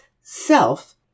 self